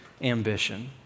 ambition